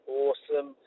awesome